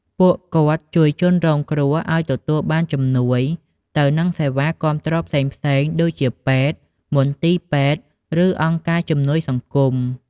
ពួកគាត់ជួយជនរងគ្រោះឲ្យទទួលបានជំនួយទៅនឹងសេវាគាំទ្រផ្សេងៗ ដូចជាពេទ្យ មន្ទីរពេទ្យ ឬអង្គការជំនួយសង្គម។